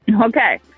Okay